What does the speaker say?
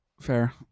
Fair